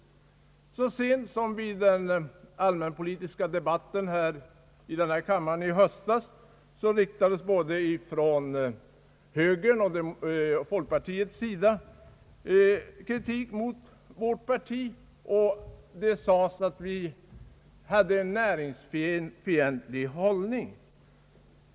Så sent som vid den allmänpolitiska debatten här i kammaren i höstas riktade representanter från både moderata samlingspartiet och folkpartiet kritik mot vårt parti och menade att vi intog en näringsfientlig hållning.